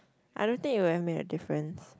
I don't think it would have made a difference